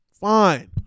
Fine